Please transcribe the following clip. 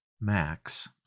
Max